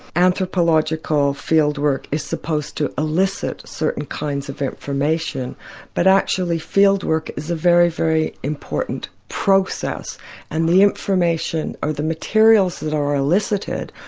anthropological field work is supposed to elicit certain kinds of information but actually field work is a very, very important process and the information of the materials that are elicited,